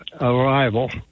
arrival